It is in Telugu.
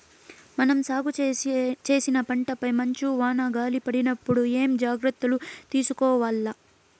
మనం సాగు చేసిన పంటపై మంచు, వాన, గాలి పడినప్పుడు ఏమేం జాగ్రత్తలు తీసుకోవల్ల?